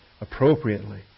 appropriately